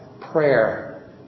prayer